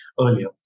earlier